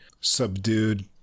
subdued